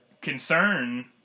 concern